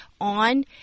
on